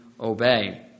obey